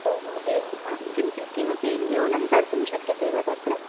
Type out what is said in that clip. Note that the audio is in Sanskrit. ओ हो एवं वा किञ्चित् किमपि न्यूनं कर्तुं शक्यते वा तत्र